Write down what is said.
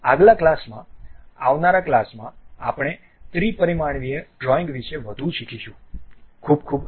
આગલા ક્લાસમાં આવનાર ક્લાસમાં આપણે ત્રિ પરિમાણીય ડ્રોઈંગ વિશે વધુ શીખીશું